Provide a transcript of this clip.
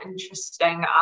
interesting